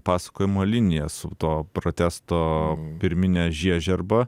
pasakojimo linija su to protesto pirmine žiežirba